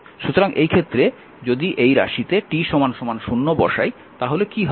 সুতরাং এই ক্ষেত্রে যদি এই রাশিতে t 0 বসাই তাহলে কী হবে